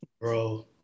bro